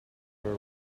were